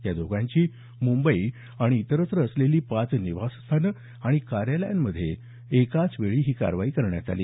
या दोघांची मुंबई आणि इतरत्र असलेली पाच निवासस्थानं आणि कार्यालयांमध्ये एकाच वेळी ही कारवाई करण्यात आली